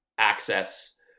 access